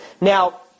Now